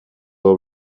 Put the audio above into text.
will